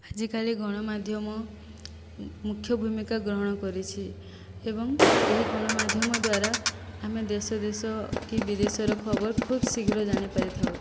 ଆଜିକାଲି ଗଣମାଧ୍ୟମ ମୁଖ୍ୟ ଭୂମିକା ଗ୍ରହଣ କରିଛି ଏବଂ ଏହି ଗଣମାଧ୍ୟମ ଦ୍ଵାରା ଆମେ ଦେଶ ଦେଶ କି ବିଦେଶର ଖବର ଖୁବ ଶୀଘ୍ର ଜାଣିପାରିଥାଉ